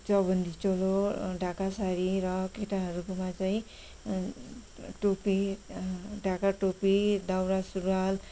चौबन्दी चोलो ढाका साडी र केटाहरूकोमा चाहिँ टोपी ढाका टोपी दौरा सुरुवाल